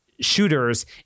shooters